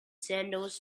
sandals